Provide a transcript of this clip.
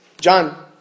John